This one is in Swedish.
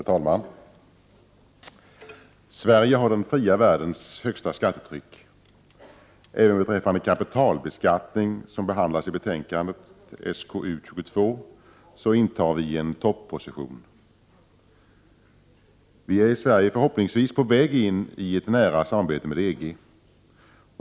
Herr talman! Sverige har den fria världens högsta skattetryck. Även beträffande kapitalbeskattning, som behandlas i betänkandet SkU22, intar vi en topposition. Vi är i Sverige förhoppningsvis på väg in i ett nära samarbete med EG.